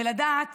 ולדעת